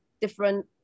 different